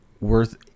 worth